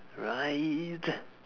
right